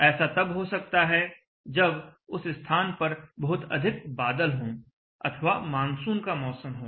ऐसा तब हो सकता है जब उस स्थान पर बहुत अधिक बादल हों अथवा मानसून का मौसम हो